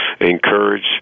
encourage